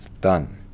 Done